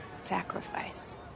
sacrifice